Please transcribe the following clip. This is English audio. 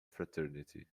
fraternity